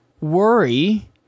worry